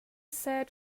said